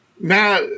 Now